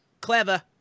Clever